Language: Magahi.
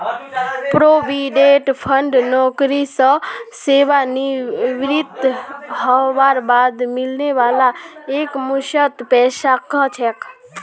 प्रोविडेंट फण्ड नौकरी स सेवानृवित हबार बाद मिलने वाला एकमुश्त पैसाक कह छेक